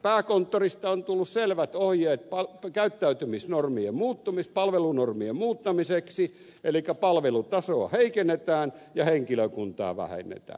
pääkonttorista on tullut selvät ohjeet palvelunormien muuttamiseksi elikkä palvelutasoa heikennetään ja henkilökuntaa vähennetään